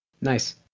Nice